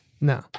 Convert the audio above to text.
No